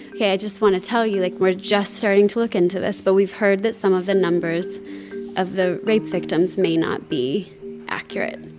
ok, i just want to tell you, like, we're just starting to look into this. but we've heard that some of the numbers of the rape victims may not be accurate.